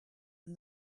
and